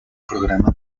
programa